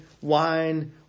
wine